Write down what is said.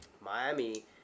Miami